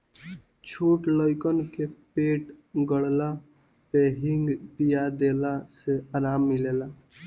छोट लइकन के पेट गड़ला पे हिंग पिया देला से आराम मिलेला